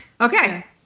Okay